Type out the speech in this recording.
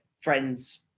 friend's